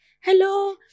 hello